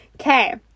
Okay